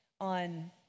on